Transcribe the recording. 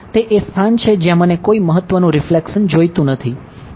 તે એ સ્થાન છે જ્યાં મને કોઈ મહત્વનુ રિફ્લેકશન જોઈતું નથી